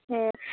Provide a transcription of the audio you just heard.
ᱦᱮᱸ